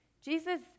Jesus